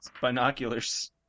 binoculars